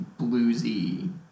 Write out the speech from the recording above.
bluesy